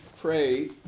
pray